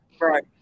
Right